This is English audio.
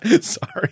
Sorry